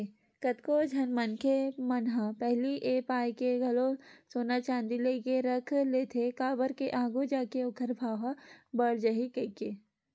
कतको झन मनखे मन ह पहिली ए पाय के घलो सोना चांदी लेके रख लेथे काबर के आघू जाके ओखर भाव ह बड़ जाही कहिके